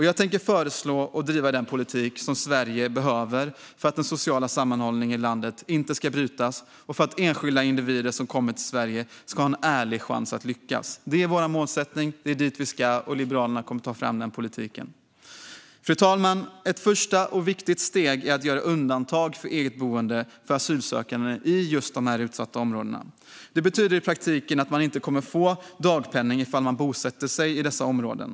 Jag tänker föreslå och driva den politik som Sverige behöver för att den sociala sammanhållningen i landet inte ska brytas och för att enskilda individer som kommer till Sverige ska ha en ärlig chans att lyckas. Detta är vår målsättning. Det är dit vi ska, och Liberalerna kommer att ta fram den politiken. Fru talman! Ett första och viktigt steg är att göra undantag för eget boende för asylsökande i de utsatta områdena. Detta betyder i praktiken att man inte kommer att få dagpenning ifall man bosätter sig i dessa områden.